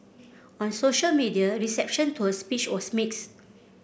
on social media reception to her speech was mixed